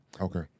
Okay